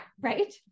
right